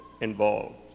involved